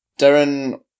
Darren